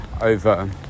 over